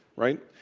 right?